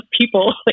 people